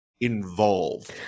involved